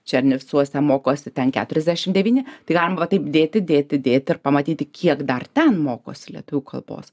černovicuose mokosi ten keturiasdešim devyni tai galima va taip dėti dėti dėti ir pamatyti kiek dar ten mokosi lietuvių kalbos